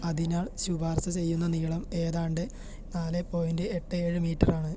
അതിനാൽ ശുപാർശ ചെയ്യുന്ന നീളം ഏതാണ്ട് നാല് പോയിൻറ്റ് എട്ട് ഏഴ് മീറ്ററാണ്